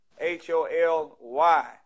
H-O-L-Y